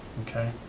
okay.